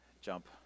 jump